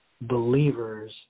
believers